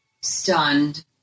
stunned